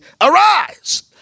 Arise